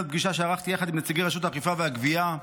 פגישה שערכתי יחד עם נציגי רשות האכיפה והגבייה.